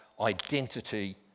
identity